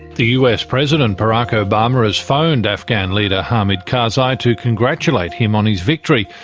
the us president barack obama has phoned afghan leader hamid karzai to congratulate him on his victory.